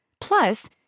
Plus